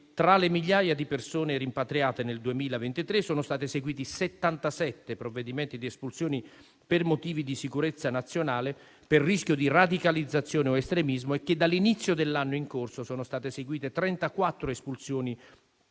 tra le migliaia di persone rimpatriate nel 2023, sono stati eseguiti 77 provvedimenti di espulsione per motivi di sicurezza nazionale, per rischio di radicalizzazione o estremismo, e che dall'inizio dell'anno in corso sono state eseguite 34 espulsioni proprio